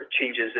changes